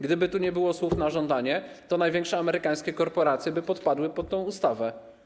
Gdyby tu nie było słów „na żądanie”, to największe amerykańskie korporacje by podpadły pod tę ustawę.